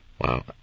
Wow